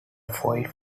foil